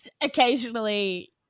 occasionally